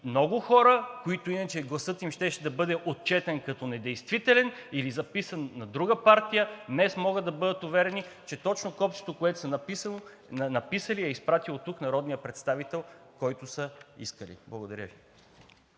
Много хора, на които иначе гласът им щеше да бъде отчетен като недействителен или записан на друга партия, днес могат да бъдат уверени, че точно копчето, което са натиснали, е изпратило тук народния представител, който са искали. Благодаря Ви.